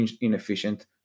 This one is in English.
inefficient